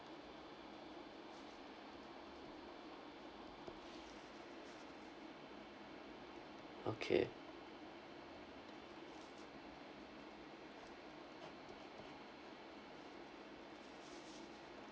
okay